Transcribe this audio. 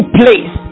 place